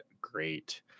great